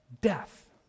Death